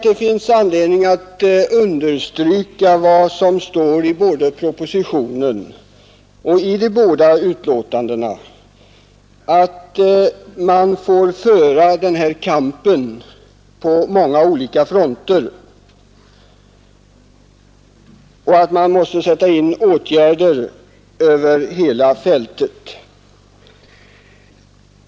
Det finns anledning att understryka vad som står i propositionen och i de båda betänkandena, nämligen att man får föra denna kamp på många olika fronter och att man måste sätta in åtgärder över hela fältet.